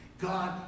God